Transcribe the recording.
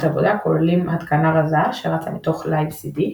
עבודה כוללים "התקנה רזה" שרצה מתוך LiveCD.